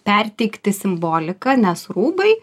perteikti simboliką nes rūbai